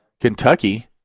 Kentucky